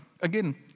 again